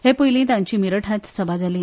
हे पयली तांची मिरठात सभा जाल्ली